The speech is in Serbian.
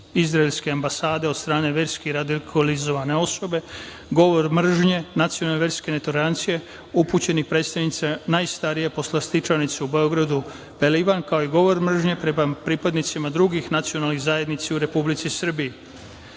izraelske ambasade od strane verski radikalizovane osobe, govor mržnje, nacionalne i verske netolerancije upućene predstavnicima najstarije poslastičarnice u Beogradu „Pelivan“, kao i govor mržnje prema pripadnicima drugih nacionalnih zajednica u Republici Srbiji.Među